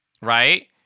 right